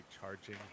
charging